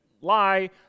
lie